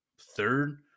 third